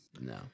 No